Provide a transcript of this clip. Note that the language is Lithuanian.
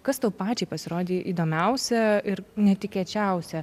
kas tau pačiai pasirodė įdomiausia ir netikėčiausia